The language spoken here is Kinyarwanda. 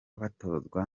batozwa